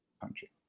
country